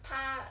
她